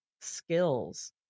skills